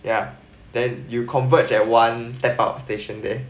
ya then you converge at one tap out station there